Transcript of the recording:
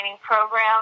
program